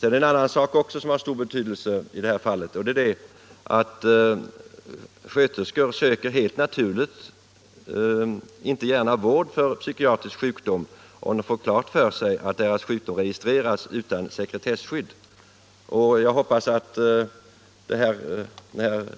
En annan sak som har stor betydelse i detta fall är att sjuksköterskor helt naturligt inte gärna söker vård för psykiatrisk sjukdom, om de får klart för sig att deras sjukdom registreras utan sekretesskydd. Jag hoppas att det här